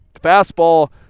Fastball